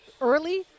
early